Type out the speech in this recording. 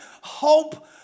hope